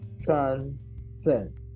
transcend